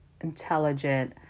intelligent